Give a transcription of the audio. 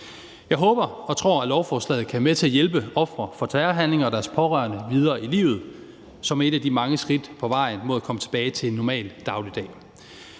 Jeg håber og tror, at lovforslaget kan være med til at hjælpe ofre for terrorhandlinger og deres pårørende videre i livet som et af de mange skridt på vejen mod at komme tilbage til en normal dagligdag.